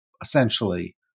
essentially